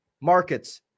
markets